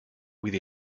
with